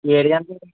ఏడు గంటలకి